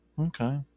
Okay